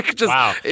Wow